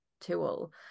tool